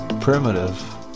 primitive